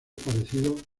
parecido